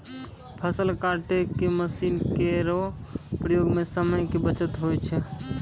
फसल काटै के मसीन केरो प्रयोग सें समय के बचत होय छै